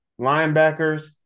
linebackers